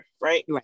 right